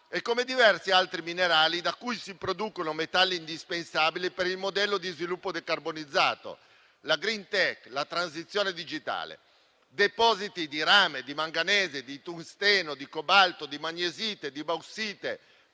e diversi altri minerali da cui si producono metalli indispensabili per il modello di sviluppo decarbonizzato, la *green tech*, la transizione digitale. Depositi di rame, manganese, tungsteno, cobalto, magnesite, bauxite,